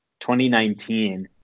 2019